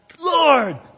Lord